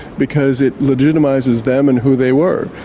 because it legitimises them and who they were'.